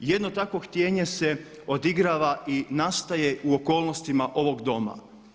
Jedno takvo htjenje se odigrava i nastaje u okolnostima ovog doma.